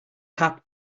cap